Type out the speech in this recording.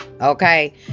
okay